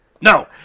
No